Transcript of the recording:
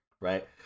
right